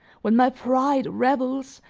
when my pride rebels,